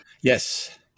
Yes